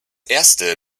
erste